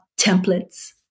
Templates